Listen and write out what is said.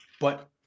but-